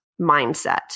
mindset